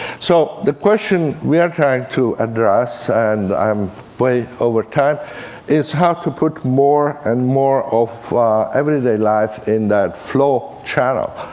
so the question we are trying to address and i'm way over time is how to put more and more of everyday life in that flow channel.